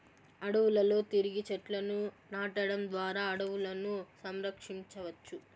అడవులలో తిరిగి చెట్లను నాటడం ద్వారా అడవులను సంరక్షించవచ్చు